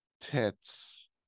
Tits